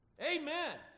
Amen